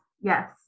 Yes